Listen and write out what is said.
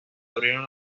abrieron